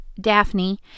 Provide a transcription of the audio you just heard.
daphne